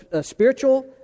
spiritual